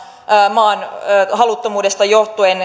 maan haluttomuudesta johtuen